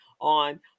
on